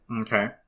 Okay